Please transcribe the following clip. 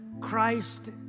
Christ